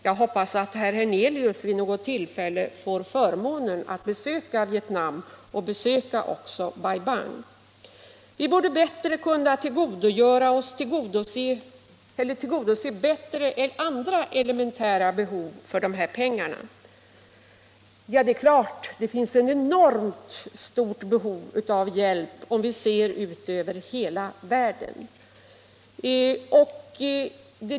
Jag hoppas att herr Hernelius vid något tillfälle får förmånen att besöka Vietnam och då även Bai Bang. Vi borde bättre kunna tillgodose andra elementära behov för dessa pengar. Ja, självfallet finns det ett enormt stort behov av hjälp, om vi ser ut över hela världen.